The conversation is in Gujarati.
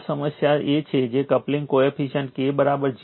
આ સમસ્યા એ છે કે કપલિંગ કોએફિશિયન્ટ K 0